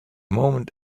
moment